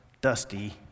dusty